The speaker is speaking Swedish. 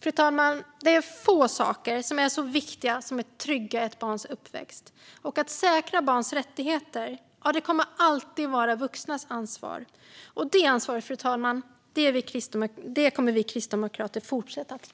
Fru talman! Det är få saker som är så viktiga som att trygga ett barns uppväxt. Att säkra barns rättigheter kommer alltid att vara vuxnas ansvar. Det ansvaret, fru talman, kommer vi kristdemokrater att fortsätta ta.